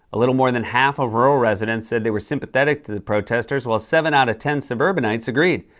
a little more than half of rural residents said they were sympathetic to the protesters, while seven out of ten suburbanites agreed.